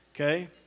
okay